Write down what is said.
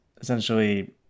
essentially